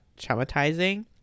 traumatizing